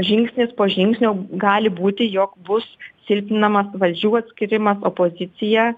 žingsnis po žingsnio gali būti jog bus silpninamas valdžių atskyrimas opozicija